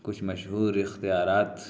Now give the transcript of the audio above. کچھ مشہور اختیارات